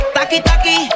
Taki-taki